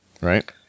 Right